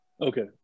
Okay